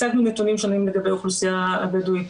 הצגנו נתונים שונים לגבי האוכלוסייה הבדואית